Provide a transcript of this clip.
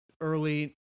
early